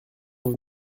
vous